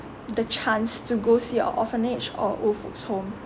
the chance to go see an orphanage or old folks' home